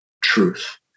truth